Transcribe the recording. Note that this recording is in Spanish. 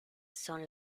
son